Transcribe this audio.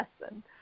lesson